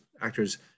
actors